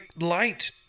light